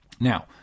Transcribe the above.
Now